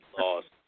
lost